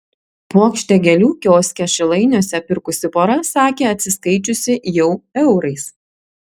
puokštę gėlių kioske šilainiuose pirkusi pora sakė atsiskaičiusi jau eurais